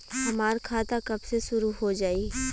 हमार खाता कब से शूरू हो जाई?